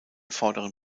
vorderen